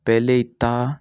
पहले इतना